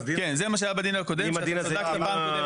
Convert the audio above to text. כן, זה מה שהיה בדיון הקודם --- בפעם הקודמת